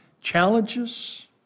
challenges